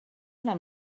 una